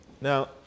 now